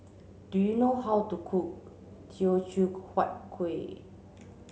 do you know how to cook Teochew Huat Kuih